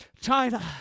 China